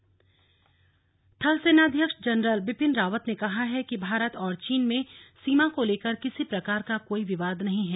सेनाध्यक्ष चमोली थल सेनाध्यक्ष जनरल बिपिन रावत ने कहा है कि भारत और चीन में सीमा को लेकर किसी प्रकार का कोई विवाद नहीं है